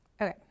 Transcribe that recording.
Okay